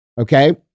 Okay